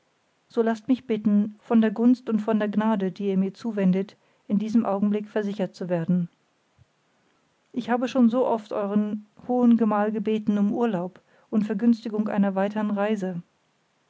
so laßt mich bitten von der gunst und von der gnade die ihr mir zuwendet in diesem augenblick versichert zu werden ich habe schon so oft euren hohen gemahl gebeten um urlaub und vergünstigung einer weitern reise